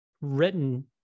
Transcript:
written